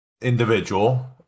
Individual